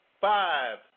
five